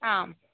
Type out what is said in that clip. आम्